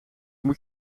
moet